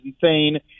insane